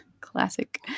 classic